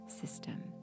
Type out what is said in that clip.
system